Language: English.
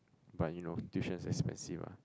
but you know tuition is expensive ah